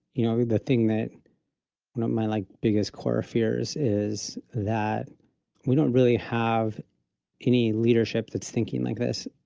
you know, the thing that one of my like, biggest core fears is that we don't really have any leadership that's thinking like this.